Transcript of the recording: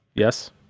Yes